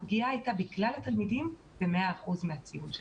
הפגיעה הייתה לכלל התלמידים ב-100% מהציון.